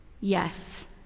Yes